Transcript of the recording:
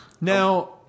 Now